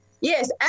yes